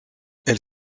elle